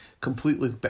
completely